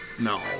No